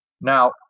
Now